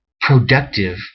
productive